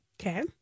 Okay